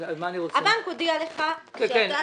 הבנק הודיע לך שאתה תושב הולנד.